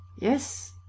Yes